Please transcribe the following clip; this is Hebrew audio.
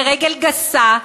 ברגל גסה,